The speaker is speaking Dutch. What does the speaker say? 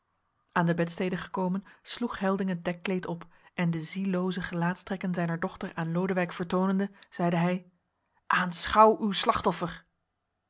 aan de bedstede gekomen sloeg helding het dekkleed op en de ziellooze gelaatstrekken zijner dochter aan lodewijk vertoonende zeide hij aanschouw uw slachtoffer